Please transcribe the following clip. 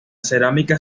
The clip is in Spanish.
cerámica